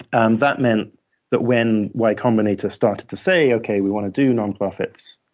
and that meant that when y combinator started to say, okay, we want to do nonprofits.